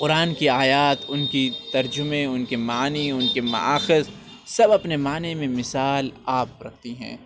قرآن کی آیات اُن کی ترجمے اُن کے معنیٰ اُن کے مأخذ سب اپنے معنیٰ میں مِثال آپ رکھتی ہیں